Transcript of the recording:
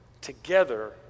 together